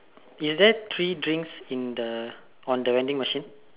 is there three drinks in the on the vending machine